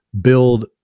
build